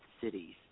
cities